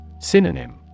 Synonym